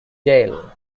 jail